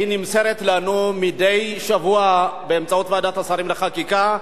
והיא נמסרת לנו מדי שבוע באמצעות ועדת השרים לחקיקה,